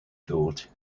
thought